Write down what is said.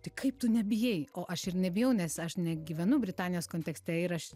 tai kaip tu nebijai o aš ir nebijau nes aš negyvenu britanijos kontekste ir aš